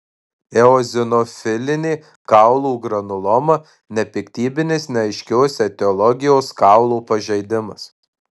eozinofilinė kaulų granuloma nepiktybinis neaiškios etiologijos kaulo pažeidimas